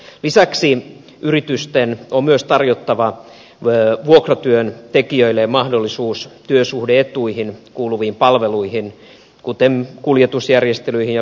lisäksi yritysten on myös tarjottava vuokratyöntekijöille mahdollisuus työsuhde etuihin kuuluviin palveluihin kuten kuljetusjärjestelyihin ja ruokapalveluihin